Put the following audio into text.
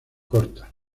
corta